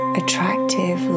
attractive